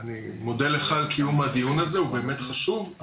אני מודה לך על קיום הדיון הזה, הוא באמת חשוב.